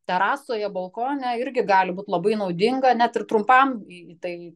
terasoje balkone irgi gali būt labai naudinga net ir trumpam į tai